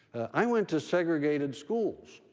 i went to segregated schools.